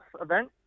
event